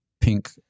pink